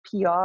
PR